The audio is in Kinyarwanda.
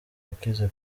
wakize